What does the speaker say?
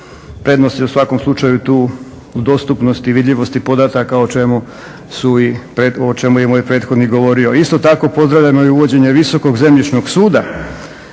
Prednost je u svakom slučaju tu dostupnost i vidljivost podataka o čemu je i moj prethodnik govorio. Isto tako pozdravljamo i uvođenje Visokog zemljišnog suda